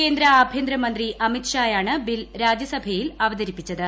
കേന്ദ്ര ആഭ്യന്തരമന്ത്രി അമിത്ഷായാണ് ബില്ല് രാജ്യസഭയിൽ അവതരിപ്പിച്ചത്